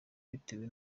bitewe